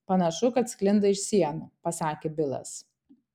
panašu kad sklinda iš sienų pasakė bilas